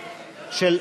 לא, לא.